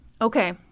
Okay